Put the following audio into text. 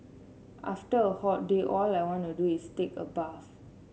after a hot day all I want to do is take a bath